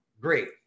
great